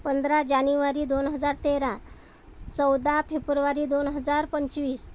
पंधरा जानेवारी दोन हजार तेरा चौदा फेबूरवारी दोन हजार पंचवीस